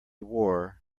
war